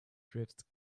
drifts